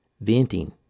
Venting